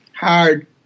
Hard